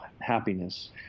happiness